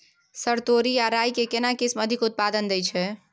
Sir तोरी आ राई के केना किस्म अधिक उत्पादन दैय छैय?